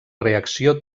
reacció